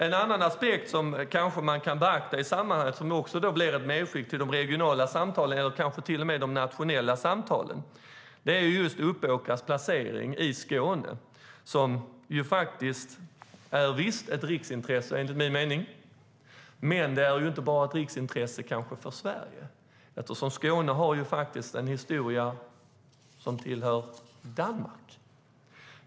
En annan aspekt som man kan beakta i sammanhanget och som blir ett medskick till de regionala eller kanske till och med nationella samtalen är Uppåkras placering - i Skåne. Det är enligt min mening visst ett riksintresse, men kanske inte bara för Sverige. Skåne har faktiskt en historia som tillhör Danmark.